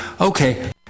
okay